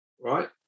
right